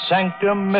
Sanctum